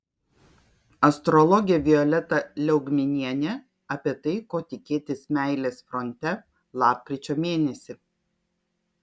astrologė violeta liaugminienė apie tai ko tikėtis meilės fronte lapkričio mėnesį